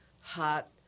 hot